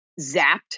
zapped